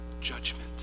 judgment